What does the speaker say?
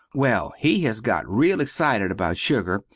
well he has got reel exited about sugar,